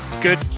good